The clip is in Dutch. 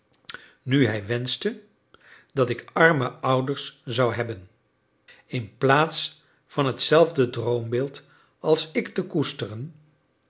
nu hij wenschte dat ik arme ouders zou hebben inplaats van hetzelfde droombeeld als ik te koesteren